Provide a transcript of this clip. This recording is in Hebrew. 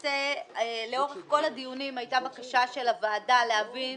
לאורך כל הדיונים הייתה בקשה של הוועדה להבין